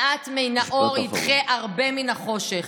מעט מן האור ידחה הרבה מן החושך.